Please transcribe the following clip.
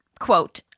quote